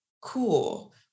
cool